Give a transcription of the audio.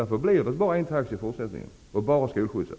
Därför blir det bara en taxi i fortsättningen -- skolskjutsen.